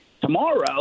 tomorrow